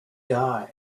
die